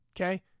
okay